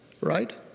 right